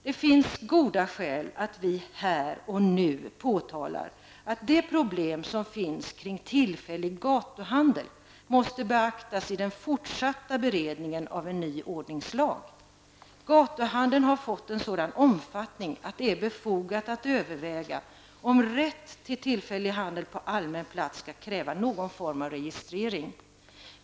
Det finns goda skäl att vi här och nu påtalar att de problem som finns kring tillfällig gatuhandel måste beaktas i den fortsatta beredningen av en ny ordningslag. Gatuhandeln har fått en sådan omfattning att det är befogat att överväga om rätt till tillfällig handel på allmän plats skall kräva någon form av registrering.